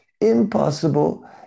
impossible